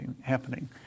happening